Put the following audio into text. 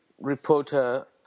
reporter